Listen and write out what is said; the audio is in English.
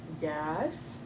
Yes